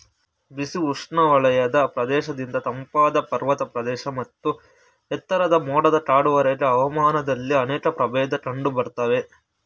ಬಿಸಿ ಉಷ್ಣವಲಯದ ಪ್ರದೇಶದಿಂದ ತಂಪಾದ ಪರ್ವತ ಪ್ರದೇಶ ಮತ್ತು ಎತ್ತರದ ಮೋಡದ ಕಾಡುವರೆಗೆ ಹವಾಮಾನದಲ್ಲಿ ಅನೇಕ ಪ್ರಭೇದ ಕಂಡುಬರ್ತವೆ